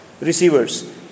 receivers